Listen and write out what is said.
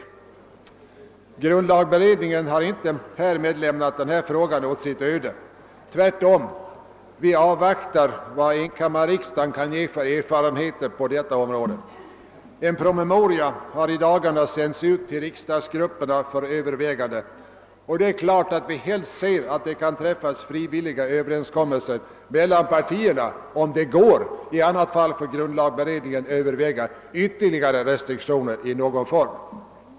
Men grundlagberedningen har inte därmed lämnat frågan åt dess öde — tvärtom avvaktar vi vilka erfarenheter enkammarriksdagen kan ge. En promemoria har i dagarna sänts ut till riksdagsgrupperna för övervägande, och naturligtvis ser vi helst att frivilliga överenskommelser träffas mellan partierna. I annat fall får grundlagberedningen överväga ytterligare åtgärder i någon form.